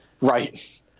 Right